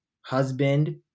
husband